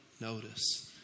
notice